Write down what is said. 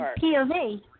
POV